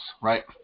right